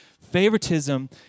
Favoritism